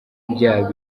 bya